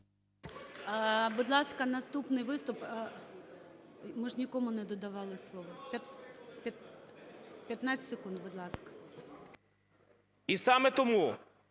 Будь ласка, наступний виступ... Ми ж нікому не додавали слово. 15 секунд, будь ласка. КРУЛЬКО І.І.